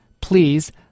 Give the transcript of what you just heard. please